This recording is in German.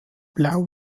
blau